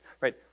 right